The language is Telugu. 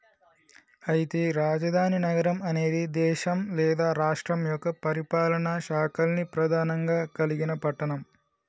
అయితే రాజధాని నగరం అనేది దేశం లేదా రాష్ట్రం యొక్క పరిపాలనా శాఖల్ని ప్రధానంగా కలిగిన పట్టణం